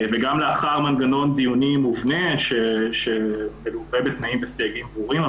גם לאחר מנגנון דיונים מובנה שמלווה בתנאים וסייגים ברורים.